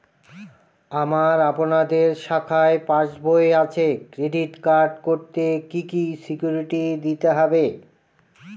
আমার আপনাদের শাখায় পাসবই আছে ক্রেডিট কার্ড করতে কি কি সিকিউরিটি দিতে হবে?